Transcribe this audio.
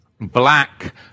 black